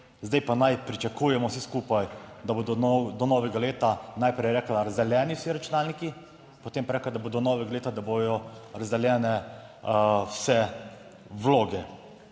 zdaj pa naj pričakujemo vsi skupaj, da bodo do novega leta najprej rekli razdeljeni vsi računalniki, potem pa je rekla, da bo do novega leta, da bodo razdeljene vse vloge.